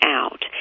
out